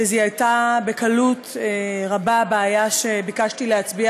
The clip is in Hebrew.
שזיהתה בקלות רבה בעיה שביקשתי להצביע